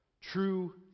True